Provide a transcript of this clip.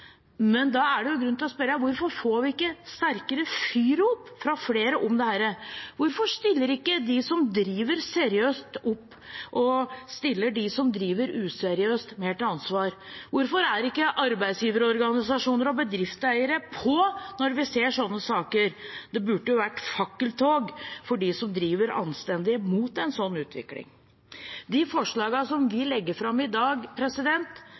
men da er det grunn til å spørre hvorfor vi ikke får sterkere fyrop fra flere om dette. Hvorfor stiller ikke de som driver seriøst, opp og stiller de som driver useriøst, mer til ansvar? Hvorfor er ikke arbeidsgiverorganisasjoner og bedriftseiere på når vi ser sånne saker? Det burde vært fakkeltog for dem som driver anstendig og imot en sånn utvikling. De forslagene som vi legger fram i dag,